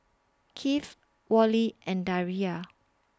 Kieth Worley and Daria